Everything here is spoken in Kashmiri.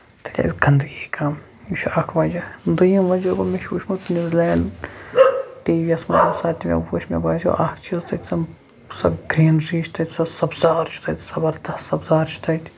چھےٚ اَسہِ گندگی کَم یہِ چھُ اکھ وجہہ دٔیُم وجہہ گوٚو مےٚ چھُ وٕچھمُت نیوزِلینڈ ٹی وِیَس منٛز ییٚمہِ ساتہٕ تہِ مےٚ وُچھ مےٚ باسیو اکھ چیٖز تَتہِ چھِ زن سۄ گریٖنری زَن سَبزار چھُ تَتہِ زَبرردست سَبزار چھُ تَتہِ